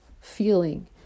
feeling